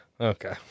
Okay